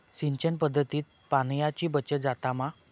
सिंचन पध्दतीत पाणयाची बचत जाता मा?